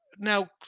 Now